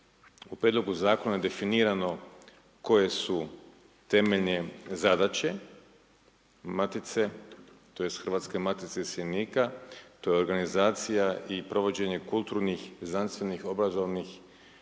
U Prijedlogu zakona je definirano koje su temeljne zadaće Matice, tj. Hrvatske matice iseljenika, to je organizacija i provođenje kulturnih, znanstvenih i obrazovnih